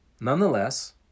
Nonetheless